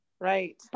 Right